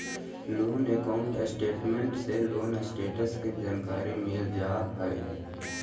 loan account statement से loan status के जानकारी मिल जा हय